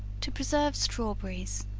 to preserve strawberries.